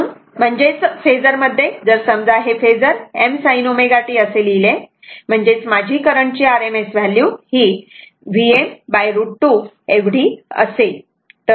म्हणजेच फेजर मध्ये जर समजा हे फेजर m sin ω t असे लिहिले म्हणजेच माझी करंटची RMS व्हॅल्यू ही Vm√ 2 एवढी असेल